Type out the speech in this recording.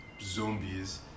zombies